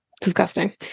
disgusting